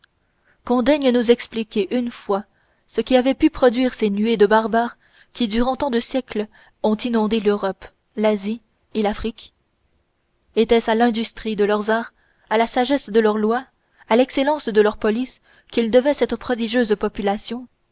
daigne nous expliquer une fois ce qui avait pu produire ces nuées de barbares qui durant tant de siècles ont inondé l'europe l'asie et l'afrique était-ce à l'industrie de leurs arts à la sagesse de leurs lois à l'excellence de leur police qu'ils devaient cette prodigieuse population